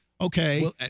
Okay